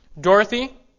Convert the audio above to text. Dorothy